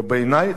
ובעיני,